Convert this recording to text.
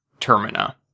Termina